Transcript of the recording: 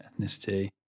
ethnicity